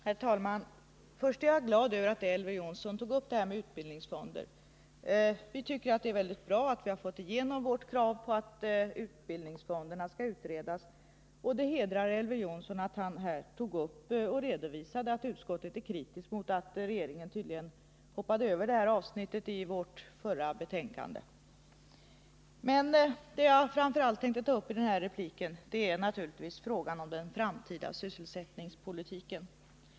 Herr talman! Jag är glad över att Elver Jonsson tog upp detta med utbildningsfonder. Vi tycker det är bra att vi har fått igenom vårt krav på att frågan om utbildningsfonder skall utredas, och det hedrar Elver Jonsson att han redovisade att utskottet är kritiskt mot att regeringen tydligen hoppade över det avsnittet i vårt förra betänkande. Vad jag framför allt tänker ta upp i denna replik är emellertid frågan om den framtida sysselsättningspolitiken.